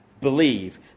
Believe